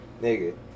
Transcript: nigga